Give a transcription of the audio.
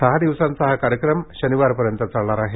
सहा दिवसांचा हा कार्यक्रम येत्या शनिवारपर्यन्त चालणार आहे